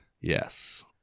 Yes